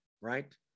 right